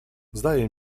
zdaje